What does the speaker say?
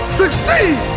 succeed